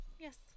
Yes